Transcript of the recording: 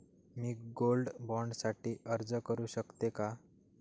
मी gold bond साठी अर्ज करु शकते का?